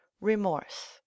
remorse